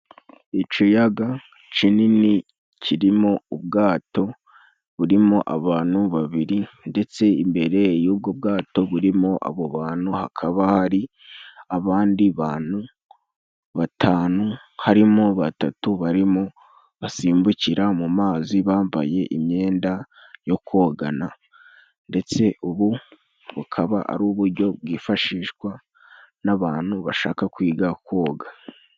Iciyaga cinini kirimo ubwato burimo abantu babiri ndetse imbere y'ubwo bwato burimo abo bantu, hakaba hari abandi bantu batanu harimo batatu barimo basimbukira mu mazi bambaye imyenda yo kogana, ndetse ubu bukaba ari uburyo bwifashishwa n'abantu bashaka kwiga koga.